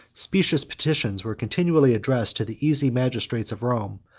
specious petitions were continually addressed to the easy magistrates of rome,